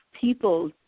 people